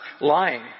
lying